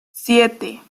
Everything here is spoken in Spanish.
siete